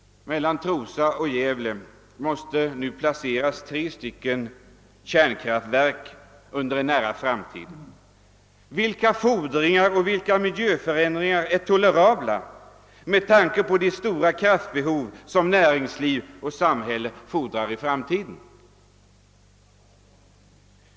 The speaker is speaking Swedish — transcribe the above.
Mellan Trosa och Gävle måste nu under en nära framtid tre kärnkraftverk placeras. Vilka fordringar och miljöförändringar är tolerabla med tanke på det stora kraftbehov som näringsliv och samhälle kräver i framtiden?